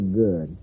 good